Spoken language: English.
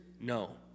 No